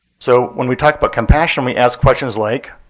so when we talk about compassion, we ask questions like,